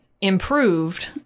improved